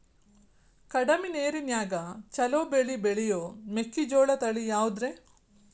ಕಡಮಿ ನೇರಿನ್ಯಾಗಾ ಛಲೋ ಬೆಳಿ ಬೆಳಿಯೋ ಮೆಕ್ಕಿಜೋಳ ತಳಿ ಯಾವುದ್ರೇ?